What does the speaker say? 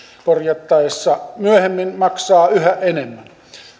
korjattaessa myöhemmin maksaa yhä enemmän